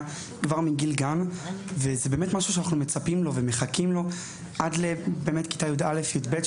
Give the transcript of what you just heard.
כבר מגיל גן וזה באמת משהו שאנחנו מצפים לו ומחכים לו עד כיתה י"א-י"ב,